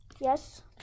Yes